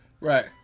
Right